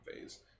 Phase